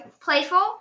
playful